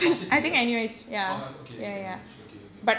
office இல்லையா:ilaya oh health okay okay N_U_H okay okay